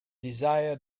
desire